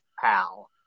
pal